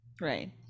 Right